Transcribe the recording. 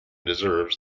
deserves